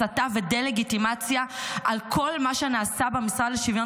הסתה ודה-לגיטימציה על כל מה שנעשה במשרד לשוויון